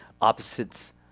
opposites